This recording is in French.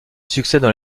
succèdent